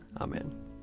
Amen